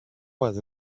was